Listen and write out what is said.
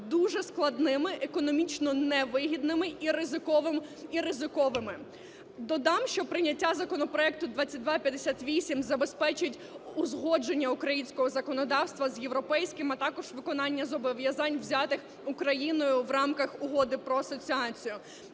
дуже складними, економічно невигідними і ризиковими. Додам, що прийняття законопроекту 2258 забезпечить узгодження українського законодавства з європейським, а також виконання зобов'язань, взятих Україною в рамках Угоди про асоціацію.